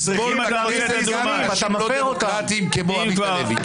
------ בכנסת גם עם אנשים לא דמוקרטים כמו עמית הלוי...